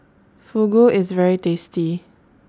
Fugu IS very tasty